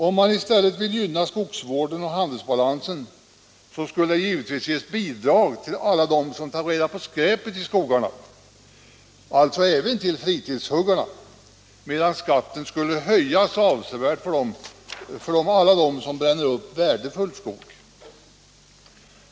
Om man ville gynna skogsvården och handelsbalansen, skulle i stället bidrag givetvis ges till alla som tar reda på skräpet i skogen — alltså även till fritidshuggarna — medan skatten skulle höjas avsevärt för alla dem som bränner upp värdefull skog.